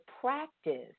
practice